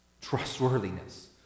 trustworthiness